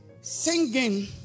singing